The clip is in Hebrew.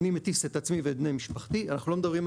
אני מטיס את עצמי ואת בני משפחתי אני לא מדבר על